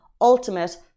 ultimate